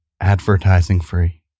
advertising-free